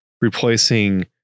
replacing